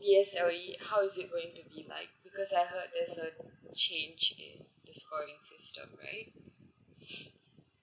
B_S_L_E how is it going to be like because I heard there's a change in the scoring systems right